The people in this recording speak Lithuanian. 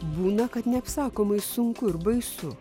būna kad neapsakomai sunku ir baisu